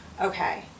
okay